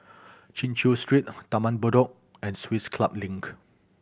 Chin Chew Street Taman Bedok and Swiss Club Link